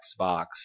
Xbox